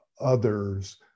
others